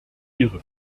ihre